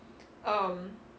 um